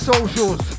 Socials